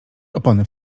opony